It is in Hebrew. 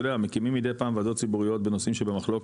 אתה יודע מקימים מדי פעם ועדות ציבוריות בנושאים שבמחלוקת.